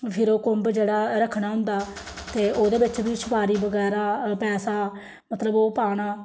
फिर ओह् कुम्भ जेह्ड़ा रक्खना होंदा ते ओह्दे बिच्च बी सपारी बगैरा पैसा मतलब ओह् पाना